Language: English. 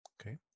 Okay